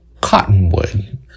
cottonwood